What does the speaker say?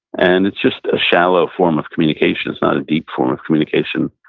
and it's just a shallow form of communication. it's not a deep form of communication.